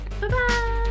Bye-bye